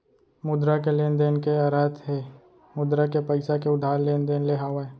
मुद्रा के लेन देन के अरथ हे मुद्रा के पइसा के उधार लेन देन ले हावय